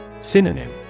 Synonym